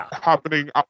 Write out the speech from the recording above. happening